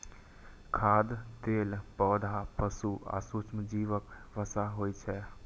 खाद्य तेल पौधा, पशु आ सूक्ष्मजीवक वसा होइ छै